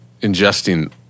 ingesting